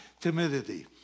Timidity